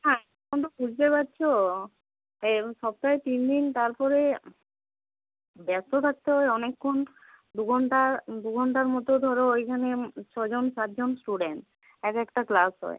হ্যাঁ এখন তো বুঝতে পারছ এম সপ্তাহে তিন দিন তারপরে ব্যস্ত থাকতে হয় অনেকক্ষণ দু ঘন্টা দু ঘন্টার মতো ধরো ওইখানে ছজন সাতজন স্টুডেন্ট এক একেকটা ক্লাস হয়